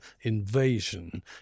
invasion